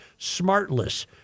SmartLess